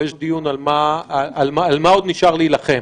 אבל יש דיון על מה עוד נשאר להילחם.